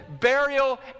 burial